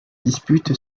dispute